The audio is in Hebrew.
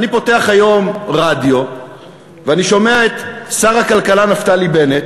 אני פותח היום רדיו ואני שומע את שר הכלכלה נפתלי בנט